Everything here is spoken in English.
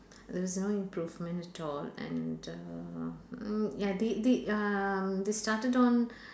there's no improvement at all and uh ya they they um they started on